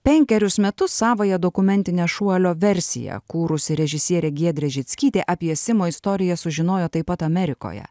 penkerius metus savąją dokumentinę šuolio versiją kūrusi režisierė giedrė žickytė apie simo istoriją sužinojo taip pat amerikoje